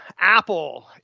Apple